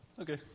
Okay